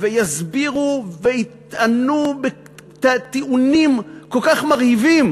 ויסבירו ויטענו טיעונים כל כך מרהיבים,